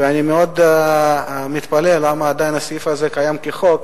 ואני מאוד מתפלא למה עדיין הסעיף הזה קיים כחוק,